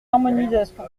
harmonisation